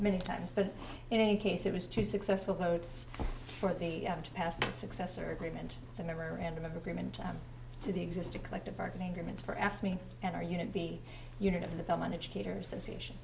many times but in any case it was too successful loads for the past success or agreement the memorandum of agreement to the existing collective bargaining agreements for asked me and our unit be unit of the belmont educators sensation